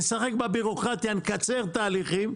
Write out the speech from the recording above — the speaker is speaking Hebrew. נשחק בבירוקרטיה, נקצר תהליכים.